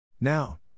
Now